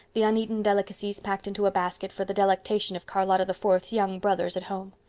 the uneaten delicacies packed into a basket for the delectation of charlotta the fourth's young brothers at home.